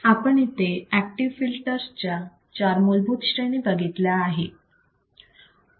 तर आपण इथे ऍक्टिव्ह फिल्टर्स च्या चार मूलभूत श्रेणी बघणार आहोत